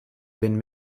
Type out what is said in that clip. been